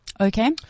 Okay